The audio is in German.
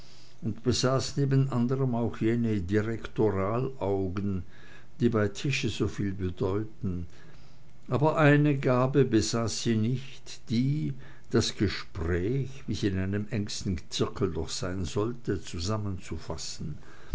neben anderm auch jene direktoralaugen die bei tische soviel bedeuten aber eine gabe besaß sie nicht die das gespräch wie's in einem engsten zirkel doch sein sollte zusammenzufassen